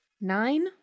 Nine